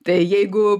tai jeigu